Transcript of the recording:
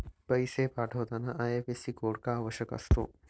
पैसे पाठवताना IFSC code का आवश्यक असतो?